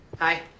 Hi